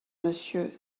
monsieur